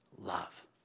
love